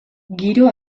giro